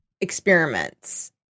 experiments